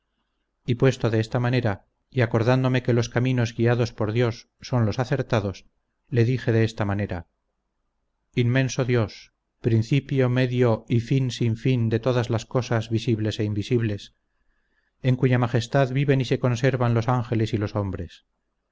y puesto de esta manera y acordándome que los caminos guiados por dios son los acertados le dije de esta manera inmenso dios principio medio y fin sin fin de todas las cosas visibles e invisibles en cuya majestad viven y se conservan los ángeles y los hombres